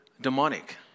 demonic